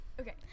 Okay